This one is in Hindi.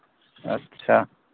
अच्छा